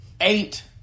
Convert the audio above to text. eight